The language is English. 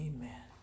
Amen